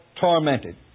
tormented